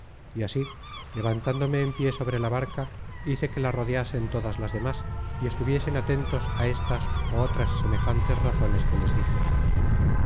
y así levantándome en pié sobre la barca hice que la rodeasen todas las demas y estuviesen atentos á estas ó otras semejantes razones que les dije